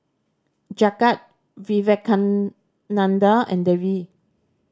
Jagat Vivekananda and Devi